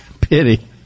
Pity